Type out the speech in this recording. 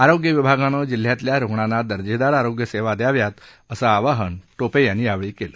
आरोग्य विभागानं जिल्ह्यातल्या रुग्णांना दर्जेदार आरोग्य सेवा द्याव्यात असं आवाहन टोपे यांनी यावेळी केलं